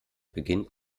beginnt